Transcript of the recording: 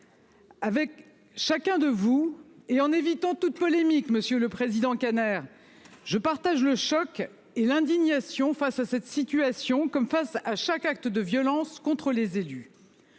Avec chacun de vous et en évitant toute polémique. Monsieur le Président Kader. Je partage le choc et l'indignation face à cette situation comme face à chaque acte de violence contre les élus.